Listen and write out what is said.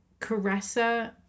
Caressa